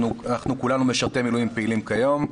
אנחנו כולנו משרתי מילואים פעילים כיום,